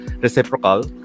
reciprocal